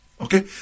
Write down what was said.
Okay